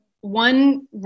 one